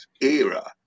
era